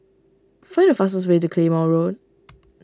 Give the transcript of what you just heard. find the fastest way to Claymore Road